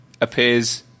appears